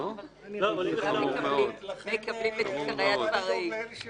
אלא שעות רבות ולא נמצה את הדיון עד